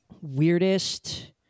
weirdest